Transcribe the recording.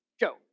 Go